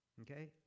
Okay